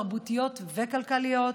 תרבותיות וכלכליות,